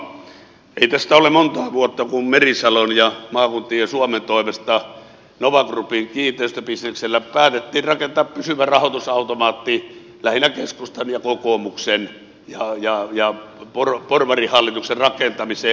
ei tästä ole montaa vuotta kun merisalon ja maakuntien suomen toimesta nova groupin kiinteistöbisneksellä päätettiin rakentaa pysyvä rahoitusautomaatti lähinnä keskustalle ja kokoomukselle ja porvarihallituksen rakentamiseen